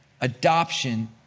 Adoption